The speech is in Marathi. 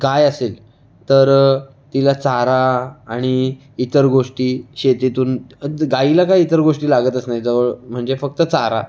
गाय असेल तर तिला चारा आणि इतर गोष्टी शेतीतून गाईला काय इतर गोष्टी लागतच नाहीत जवळ म्हणजे फक्त चारा